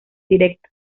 directo